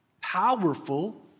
powerful